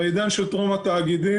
בעידן של טרום התאגידים,